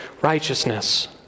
righteousness